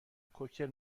کوکتل